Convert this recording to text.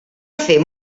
fer